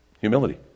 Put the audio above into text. humility